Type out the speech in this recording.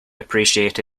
appreciate